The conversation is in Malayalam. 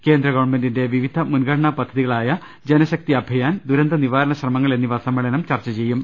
കേന്ദ്ര ഗവൺമെന്റിന്റെ പിവിധ മുൻഗണനാ പദ്ധതികളായ ജനശക്തി അഭിയാൻ ദുരന്ത നിവാരണ ശ്രമങ്ങൾ എന്നിവ സമ്മേളനം ചർച്ച ചെയ്യും